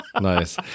Nice